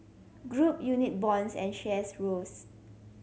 group unit bonds and shares rose